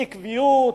עקביות,